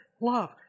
love